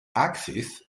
axis